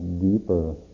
deeper